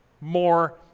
more